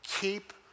Keep